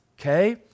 Okay